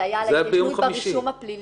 זה היה על התיישנות ברישום הפלילי,